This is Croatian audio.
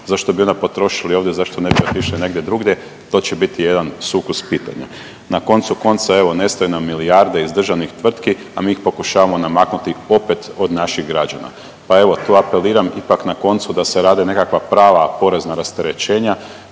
Zašto bi onda potrošili ovdje zašto ne bi otišli negdje drugdje to će biti jedan sukus pitanja. Na koncu konca, evo nestaju nam milijarde iz državnih tvrtki, a mi ih pokušavamo namaknuti opet od naših građana. Pa evo tu apeliram ipak na koncu da se rade nekakva prava porezna rasterećenja